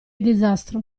disastro